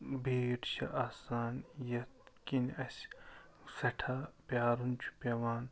بھیٖڈ چھِ آسان یتھ کِنۍ اَسہِ سٮ۪ٹھاہ پیٛارُن چھُ پٮ۪وان